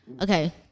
Okay